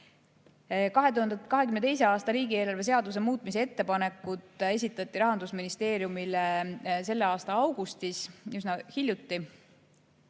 aasta riigieelarve seaduse muutmise ettepanekud esitati Rahandusministeeriumile selle aasta augustis, üsna hiljuti.